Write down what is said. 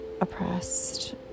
oppressed